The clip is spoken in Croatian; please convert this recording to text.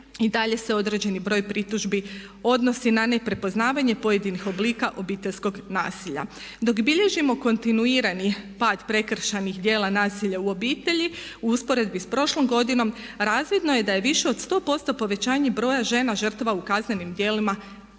i dalje se određeni broj pritužbi odnosi na neprepoznavanje pojedinih oblika obiteljskog nasilja. Dok bilježimo kontinuirani pad prekršajnih djela nasilja u obitelji u usporedbi s prošlom godinom razvidno je da je više od 100% povećanje broja žena žrtava u kaznenim djelima nasilja